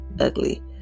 ugly